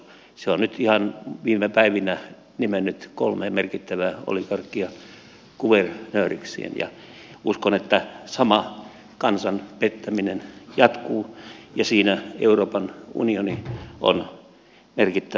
se on nyt ihan viime päivinä nimennyt kolme merkittävää oligarkkia kuvernööreikseen ja uskon että sama kansan pettäminen jatkuu ja siinä euroopan unioni on merkittävä apulainen